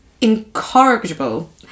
incorrigible